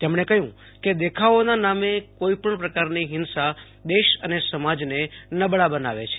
તેમણે કહ્યું કે દેખાવોના નામે કોઈ પણ પ્રકારની હિંસા દેશ અને સમાજને નબળા બનાવે છે